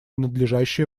надлежащее